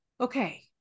okay